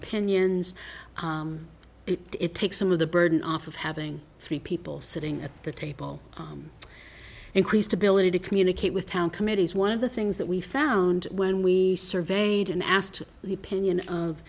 opinions it takes some of the burden off of having three people sitting at the table increased ability to communicate with town committees one of the things that we found when we surveyed and asked the opinion of